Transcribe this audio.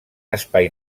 espai